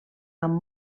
amb